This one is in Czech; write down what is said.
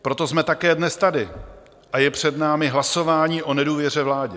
Proto jsme také dnes tady a je před námi hlasování o nedůvěře vládě.